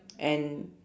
and